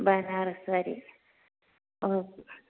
Banaras sari okay